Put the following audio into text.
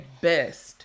best